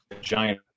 giant